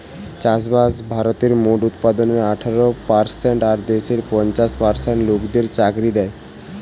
চাষবাস ভারতের মোট উৎপাদনের আঠারো পারসেন্ট আর দেশের পঞ্চাশ পার্সেন্ট লোকদের চাকরি দ্যায়